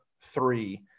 three